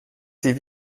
die